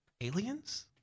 aliens